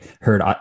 heard